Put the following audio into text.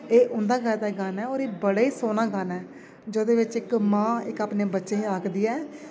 एह् हुं'दा गाए दा गाना ऐ होर एह् बड़े सोह्ना गाना ऐ जिदे बिच इक मांअपने बच्चे गी आखदी ऐ